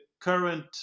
current